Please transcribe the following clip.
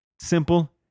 Simple